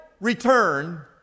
return